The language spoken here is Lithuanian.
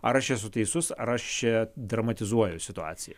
ar aš esu teisus ar aš čia dramatizuoju situaciją